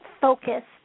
focused